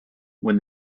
when